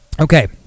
Okay